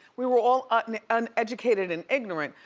we were all and uneducated and ignorant,